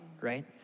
right